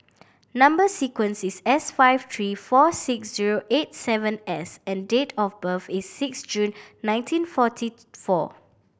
number sequence is S five three four six zero eight seven S and date of birth is six June nineteen forty four